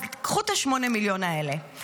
אז קחו את 8 המיליון האלה,